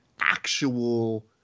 actual